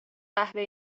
قهوه